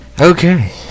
Okay